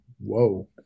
whoa